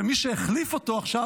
ומי שהחליף אותו עכשיו,